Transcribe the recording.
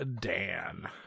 Dan